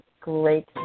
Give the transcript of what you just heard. great